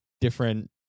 different